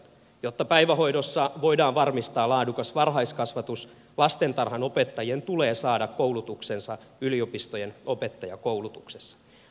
jotta päivähoidossa voidaan varmistaa laadukas varhaiskasvatus lastentarhanopettajien tulee saada koulutuksensa yliopistojen opettajakoulutuksessa